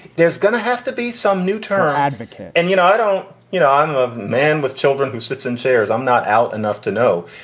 there's going to have to be some new term advocate. and, you know, i don't you know ah man with children who sits in chairs, i'm not out enough to know.